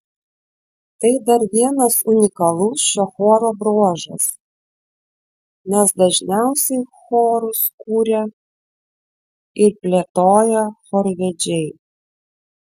tai dar vienas unikalus šio choro bruožas nes dažniausiai chorus kuria ir plėtoja chorvedžiai